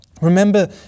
Remember